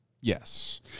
Yes